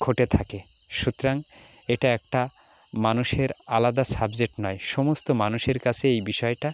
ঘটে থাকে সুতরাং এটা একটা মানুষের আলাদা সাবজেক্ট নয় সমস্ত মানুষের কাছে এই বিষয়টা